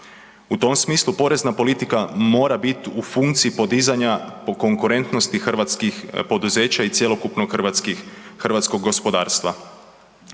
U tom smislu porezna politika mora bit u funkciji podizanja po konkurentnosti hrvatskih poduzeća i cjelokupno hrvatskih, hrvatskog gospodarstva.